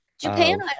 Japan